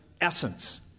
essence